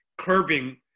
curbing